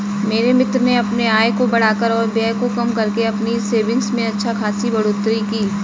मेरे मित्र ने अपने आय को बढ़ाकर और व्यय को कम करके अपनी सेविंग्स में अच्छा खासी बढ़ोत्तरी की